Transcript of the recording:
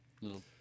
Little